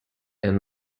and